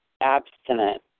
abstinent